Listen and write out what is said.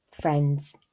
friends